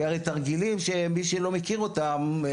זה תרגילים שמי שלא מכיר אותם.